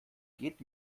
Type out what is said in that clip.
geht